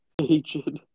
Aged